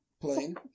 plane